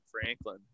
Franklin